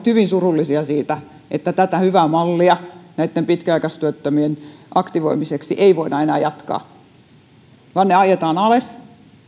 hyvin surullisia siitä että tätä hyvää mallia näitten pitkäaikaistyöttömien aktivoimiseksi ei voida enää jatkaa vaan ne ajetaan alas